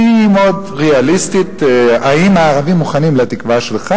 שהיא מאוד ריאליסטית: האם הערבים מוכנים לתקווה שלך?